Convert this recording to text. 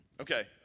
Okay